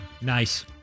Nice